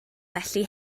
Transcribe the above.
felly